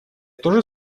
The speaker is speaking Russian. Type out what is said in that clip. тоже